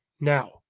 Now